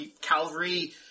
Calvary